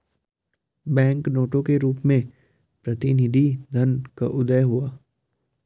bank नोटों के रूप में प्रतिनिधि धन का उदय हुआ